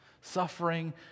suffering